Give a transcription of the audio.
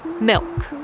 Milk